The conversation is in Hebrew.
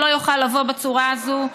זה לא יוכל לבוא בצורה הזאת.